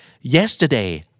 Yesterday